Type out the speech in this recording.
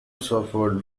suffered